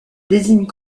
désigne